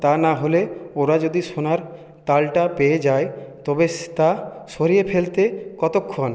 তা নাহলে ওরা যদি সোনার তালটা পেয়ে যায় তবে তা সরিয়ে ফেলতে কতক্ষণ